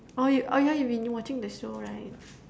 oh y~ oh yeah you've been watching the show right